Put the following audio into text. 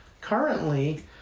Currently